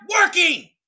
working